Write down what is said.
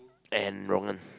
and Rong En